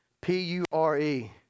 p-u-r-e